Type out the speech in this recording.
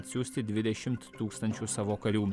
atsiųsti dvidešimt tūkstančių savo karių